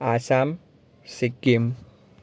Assam Sikkim